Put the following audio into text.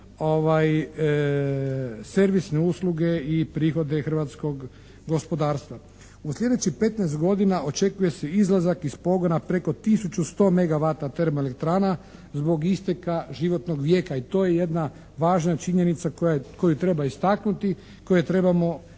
servisne usluge i prihode hrvatskog gospodarstva. U sljedećih 15 godina očekuje se izlazak iz pogona preko tisuću 100 megavata termoelektrana zbog isteka životnog vijeka i to je jedna važna činjenica koju treba istaknuti, koje trebamo biti